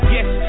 Yes